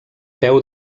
peu